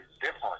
different